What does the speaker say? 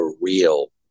real